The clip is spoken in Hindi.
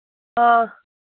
हाँ